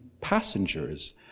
passengers